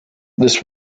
this